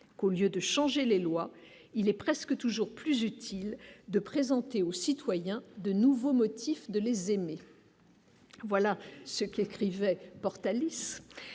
qu'au lieu de changer les lois, il est presque toujours plus utile de présenter aux citoyens de nouveaux motifs de les aimer. Voilà ce qu'écrivait Portalis